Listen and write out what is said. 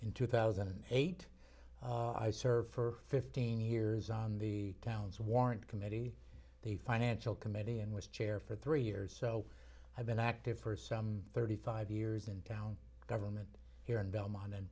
in two thousand and eight i served for fifteen years on the town's warrant committee the financial committee and was chair for three years so i've been active for some thirty five years and down government here in belmont and